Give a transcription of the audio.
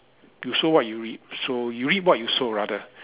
you sow what you reap so you reap what you sow rather